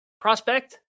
prospect